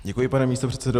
Děkuji, pane místopředsedo.